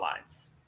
lines